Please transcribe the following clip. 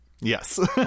yes